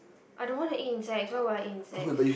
I don't want to eat insects why would I eat insects